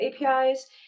APIs